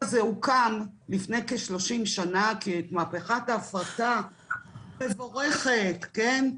זה הוקם לפני כ-30 שנה כמהפכת ההפרטה מבורכת, כן?